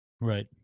Right